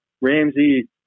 Ramsey